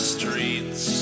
streets